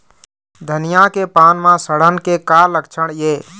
धनिया के पान म सड़न के का लक्षण ये?